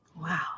Wow